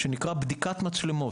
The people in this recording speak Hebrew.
שנקרא "בדיקת מצלמות".